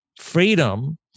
freedom